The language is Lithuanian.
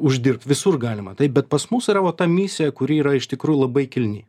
uždirbt visur galima taip bet pas mus yra o ta misija kuri yra iš tikrųjų labai kilni